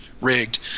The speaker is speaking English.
rigged